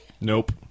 Nope